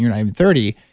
and i'm thirty.